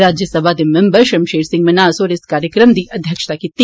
राज्यसभा दे मिम्बर शमशेर सिंह मन्हास होरें इस कार्यक्रम दी अध्यक्षता कीती